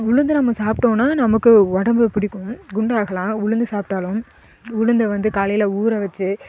உளுந்து நம்ம சாப்பிட்டோன்னா நமக்கு உடம்பு பிடிக்கும் குண்டாகலாம் உளுந்து சாப்பிட்டாலும் உளுந்த வந்து காலையில் ஊற வச்சு